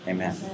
Amen